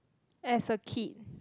as a kid